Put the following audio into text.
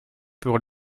pour